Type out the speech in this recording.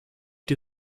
die